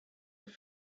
have